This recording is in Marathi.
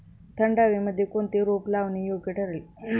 थंड हवेमध्ये कोणते रोप लावणे योग्य ठरेल?